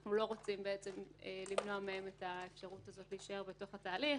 ואנחנו לא רוצים למנוע מהם את האפשרות להישאר בתהליך.